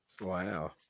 Wow